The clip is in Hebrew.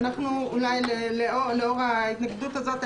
לאור ההתנגדות הזאת,